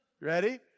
Ready